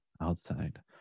outside